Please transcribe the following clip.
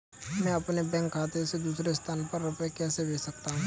मैं अपने बैंक खाते से दूसरे स्थान पर रुपए कैसे भेज सकता हूँ?